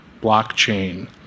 blockchain